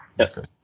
okay